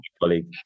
colleague